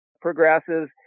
progresses